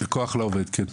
כוח לעובד, כן.